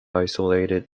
isolated